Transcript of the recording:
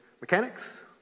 mechanics